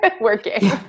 working